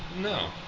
No